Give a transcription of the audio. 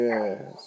Yes